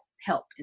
help